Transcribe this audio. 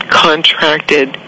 contracted